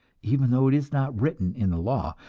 even though it is not written in the law,